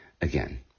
again